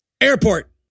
airport